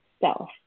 self